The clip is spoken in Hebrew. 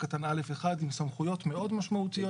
סעיף עם סמכויות מאוד משמעותיות,